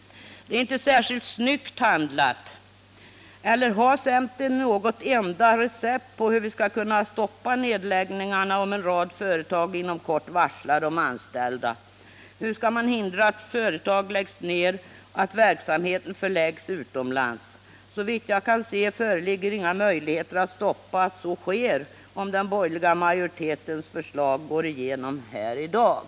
Det är inte särskilt snyggt handlat. Eller har centern något enda recept på hur vi skall kunna stoppa nedläggningarna, om en rad företag inom kort varslar de anställda? Hur skall man hindra att företag läggs ned och att verksamheten förläggs utomlands? Såvitt jag kan se föreligger inga möjligheter att hindra att så sker, om den borgerliga majoritetens förslag går igenom här i dag.